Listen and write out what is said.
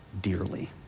dearly